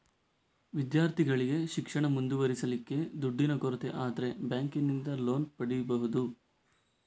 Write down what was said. ವಿದ್ಯಾರ್ಥಿಗಳಿಗೆ ಶಿಕ್ಷಣ ಮುಂದುವರಿಸ್ಲಿಕ್ಕೆ ದುಡ್ಡಿನ ಕೊರತೆ ಆದ್ರೆ ಬ್ಯಾಂಕಿನಿಂದ ಲೋನ್ ಪಡೀಬಹುದು